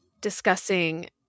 discussing